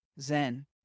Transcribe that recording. Zen